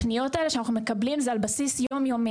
הפניות האלו שאנחנו מקבלים הן על בסיס יום יומי,